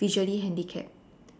visually handicapped